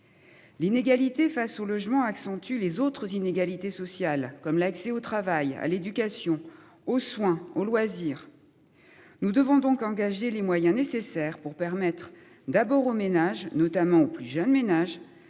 L'inégalité face au logement accentue les autres inégalités sociales comme l'accès au travail à l'éducation aux soins aux loisirs. Nous devons donc engager les moyens nécessaires pour permettre d'abord aux ménages notamment aux plus jeunes ménages